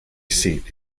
seat